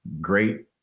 great